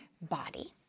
body